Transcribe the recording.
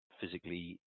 physically